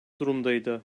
durumdaydı